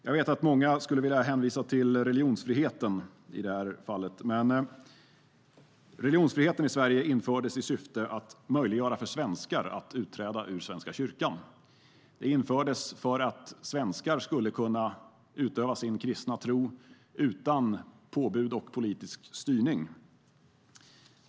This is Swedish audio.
Jag vet att många skulle vilja hänvisa till religionsfriheten i det här fallet. Religionsfriheten i Sverige infördes i syfte att möjliggöra för svenskar att utträda ur Svenska kyrkan. Den infördes för att svenskar skulle kunna utöva sin kristna tro utan påbud och politisk styrning.